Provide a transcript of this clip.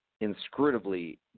inscrutably